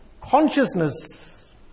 consciousness